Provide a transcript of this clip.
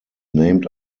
named